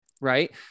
right